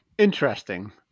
interesting